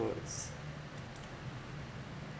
foods